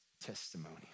Testimony